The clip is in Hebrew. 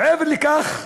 מעבר לכך,